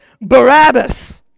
Barabbas